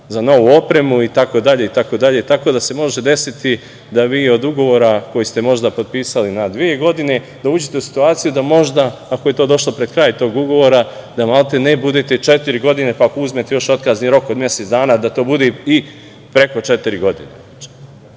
za novu opremu itd, tako da se može desiti da vi od ugovora koji ste možda potpisali na dve godine, dođete u situaciju da možda, ako je to došlo pred kraj tog ugovora, da maltene budete četiri godine, pa ako uzmete još otkazni rok od mesec dana, da to bude i preko četiri godine. To